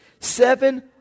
seven